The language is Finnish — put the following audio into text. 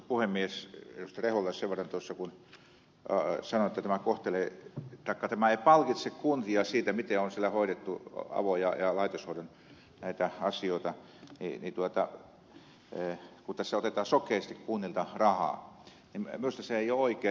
rehulalle sen verran tuossa kun sanoitte että tämä ei palkitse kuntia siitä miten on siellä hoidettu näitä avo ja laitoshoidon asioita niin kun tässä otetaan sokeasti kunnilta rahaa minusta se ei ole oikein